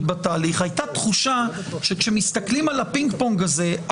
בתהליך הייתה תחושה שכשמסתכלים על הפינג-פונג הזה,